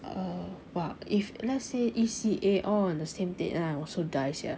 err !wah! if let's say E_C_A all on the same date then I also die sia